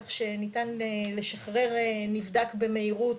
כך שניתן לשחרר נבדק בהירות,